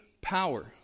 power